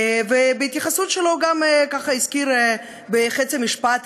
ובהתייחסות שלו הוא גם הזכיר בחצי משפט